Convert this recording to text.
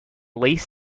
lace